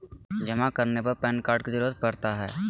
जमा करने में पैन कार्ड की जरूरत पड़ता है?